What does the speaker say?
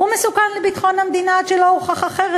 מסוכן לביטחון המדינה עד שלא הוכח אחרת.